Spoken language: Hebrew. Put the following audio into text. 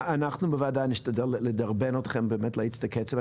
אנחנו בוועדה נשתדל לדרבן אתכם באמת להאיץ את הקצב.